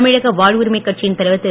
தமிழக வாழ்வுரிமை கட்சியின் தலைவர் திரு